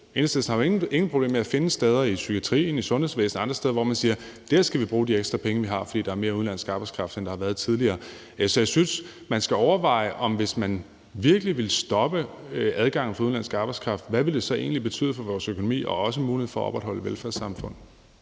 Enhedslisten har ikke noget problem med at finde steder i psykiatrien, sundhedsvæsenet andre steder og sige, at det er der, vi skal vi bruge de ekstra penge, vi har, fordi der er mere udenlandsk arbejdskraft, end der har været tidligere. Så jeg synes, man skal overveje, hvis man virkelig vil stoppe adgangen for udenlandsk arbejdskraft, hvad det så egentlig vil betyde for vores økonomi og også muligheden for at opretholde velfærdssamfundet.